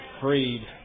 freed